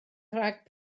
rhag